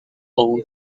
own